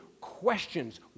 questions